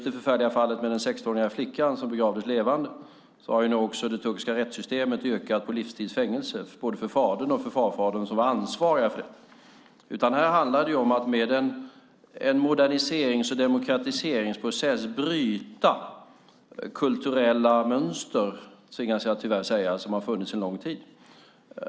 I det förfärliga fallet med den 16-åriga flickan som begravdes levande har det turkiska rättssystemet yrkat på livstids fängelse, för både fadern och farfadern som var ansvariga för det. Det handlar om att med en moderniserings och demokratiseringsprocess bryta kulturella mönster - tvingas jag tyvärr säga - som har funnits en lång tid.